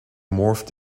morphed